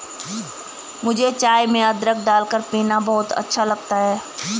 मुझे चाय में अदरक डालकर पीना बहुत अच्छा लगता है